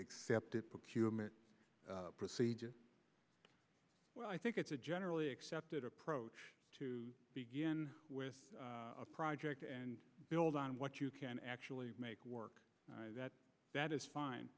accepted procedure i think it's a generally accepted approach to begin with a project and build on what you can actually make work that is fine